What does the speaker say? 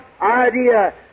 idea